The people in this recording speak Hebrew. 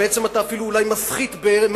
בעצם אתה אולי אפילו מפחית מערכה,